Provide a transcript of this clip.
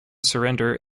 surrender